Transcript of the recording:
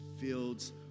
fields